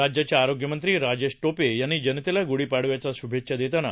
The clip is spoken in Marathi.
राज्याचे आरोग्य मंत्री राजेश टोपे यांनी जनतेला ग्ढीपाडव्याच्या श्भेच्छा देताना